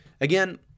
Again